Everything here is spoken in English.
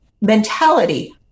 mentality